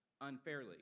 unfairly